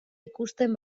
ikusten